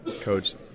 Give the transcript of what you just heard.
Coach